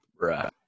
Right